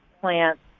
plants